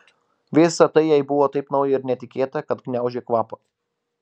visa tai jai buvo taip nauja ir netikėta kad gniaužė kvapą